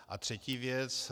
A třetí věc.